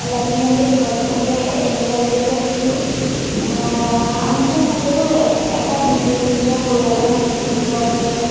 লাগি মেলি থাকে এনেকুৱা লাগে যেন কি আমি যেন সকলো এটা নিজ নিজৰ পৰিয়ালৰ মাজতে সকলো আবদ্ধ